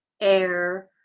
air